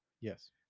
yes